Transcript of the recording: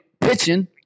pitching